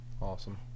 awesome